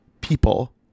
people